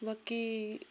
बाकि